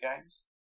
Games